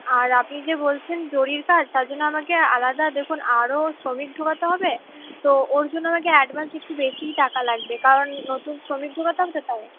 আর আপনি যে বলছেন জরির কাজ তার জন্য আমাকে আলাদা দেখুন আরও শ্রমিক ঢোকাতে হবে তো ওর জন্য আমার অ্যডভান্স একটু বেশিই টাকা লাগবে কারন নতুন শ্রমিক ঢোকাতে হবে তো তাই